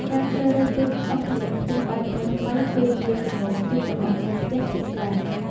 ការជ្រើសរើសទិញសម្ភារៈផ្ទះបាយថ្មីៗ គឺជាចំណូលចិត្តរបស់មេផ្ទះភាគច្រើន។